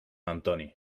antoni